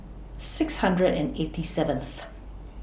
six hundred and eighty seventh